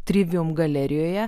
trivium galerijoje